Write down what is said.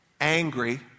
angry